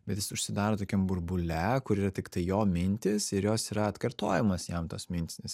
bet jis užsidaro tokiam burbule kur yra tiktai jo mintys ir jos yra atkartojamos jam tos mintys nes